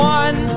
one